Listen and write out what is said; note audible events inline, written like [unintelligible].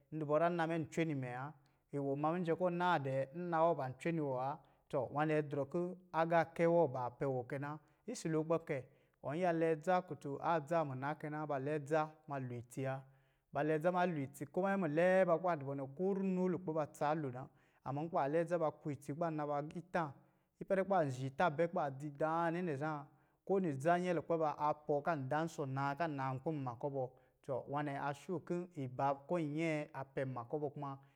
N di bɔ zan nna mɛ cwe ni mɛ wa, iwɔ ma miyɛ kɔ naa dɛɛ, naa wɔ ban cwe niwɔ wa. Tɔ, wa nɛ drɔ kɔ̄, agaakɛ wɔ baa pɛ wɔ kɛ na. Isi lo kpɛ kɛ, ɔ iya lɛ dza kutun adza muna kɛ na, ba lɛ dza ma loo itsi wa. Ba lɛ dza ma loo itsi ko manyi mu lɛɛ ba kuba du bɔ nɛ, ko runo lukpɛ ba tsa loo na, amma kuba lɛ adza ku itsi kuba na ba agiitā, ipɛrɛ kuba zhiitā bɛ kuba dzi daanɛ nɛ zan, ko ni dza nyɛ lukpɛ ba a pɔɔ kan dansɔ naa ka naa nkpi nma kɔ bɔ. Tɔ wa nɛ a [unintelligible] kɔ̄ iba ko nyɛ a pɛ nwa kɔ bɔ, kuma.